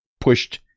pushed